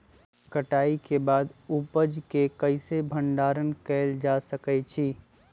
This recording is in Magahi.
कटाई के बाद उपज के कईसे भंडारण कएल जा सकई छी?